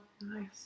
Nice